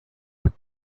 had